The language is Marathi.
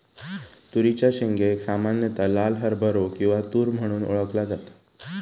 तुरीच्या शेंगेक सामान्यता लाल हरभरो किंवा तुर म्हणून ओळखला जाता